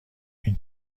این